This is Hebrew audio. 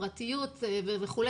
הפרטיות וכו',